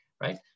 right